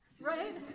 right